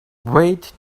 wait